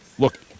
Look